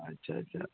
अच्छा अच्छा